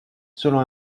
selon